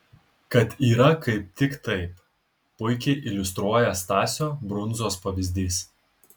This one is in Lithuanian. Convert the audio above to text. kad yra kaip tik taip puikiai iliustruoja stasio brundzos pavyzdys